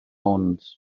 ond